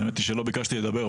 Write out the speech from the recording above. האמת היא שלא ביקשתי לדבר,